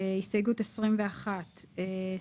הצבעה לא אושר.